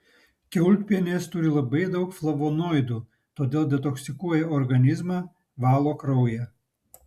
kiaulpienės turi labai daug flavonoidų todėl detoksikuoja organizmą valo kraują